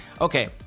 okay